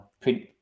print